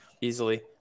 easily